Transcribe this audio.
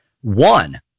one